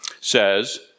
says